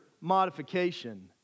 modification